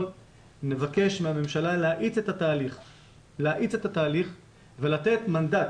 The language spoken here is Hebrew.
נבקש מהממשלה להאיץ את התהליך ולתת מנדט